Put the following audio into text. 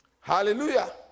Hallelujah